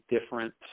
different